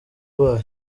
rwayo